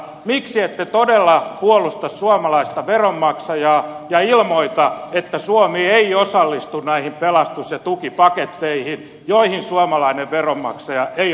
miksi ette todella puolusta suomalaista veronmaksajaa ja ilmoita että suomi ei osallistu näihin pelastus ja tukipaketteihin joihin suomalainen veronmaksaja ei ole vastuullinen